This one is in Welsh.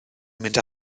mynd